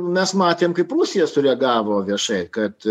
mes matėm kaip rusija sureagavo viešai kad